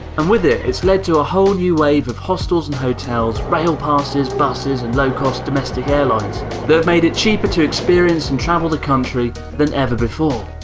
and with it it's led to a whole new wave of hostels and hotels, rail passes, buses and low-cost domestic airlines, that have made it cheaper to experience and travel the country than ever before.